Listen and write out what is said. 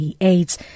AIDS